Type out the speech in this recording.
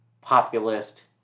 populist